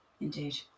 Indeed